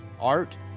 art